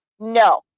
No